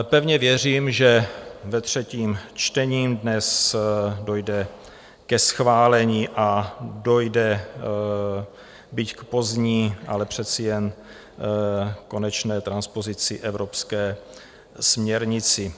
Pevně věřím, že ve třetím čtení dnes dojde ke schválení a dojde byť k pozdní, ale přece jen konečné transpozici evropské směrnice.